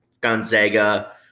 Gonzaga